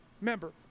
member